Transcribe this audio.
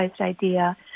idea